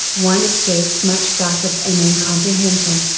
one escapes much gossip and incomprehension,